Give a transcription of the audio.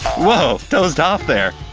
woah, dozed off, there.